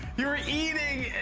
you're eating